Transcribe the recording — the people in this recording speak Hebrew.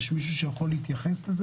האם יש מישהו שיכול להתייחס לזה